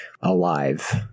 alive